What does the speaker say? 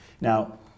Now